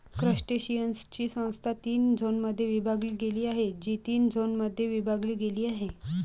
क्रस्टेशियन्सची संस्था तीन झोनमध्ये विभागली गेली आहे, जी तीन झोनमध्ये विभागली गेली आहे